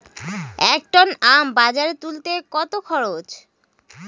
এক টন আম বাজারে তুলতে কত খরচ?